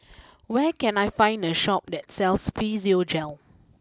where can I find a Shop that sells Physiogel